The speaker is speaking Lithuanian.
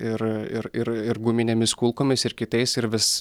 ir ir ir ir guminėmis kulkomis ir kitais ir vis